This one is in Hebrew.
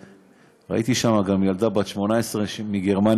ראיתי שם גם ילדה בת 18 מגרמניה,